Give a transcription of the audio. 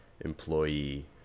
employee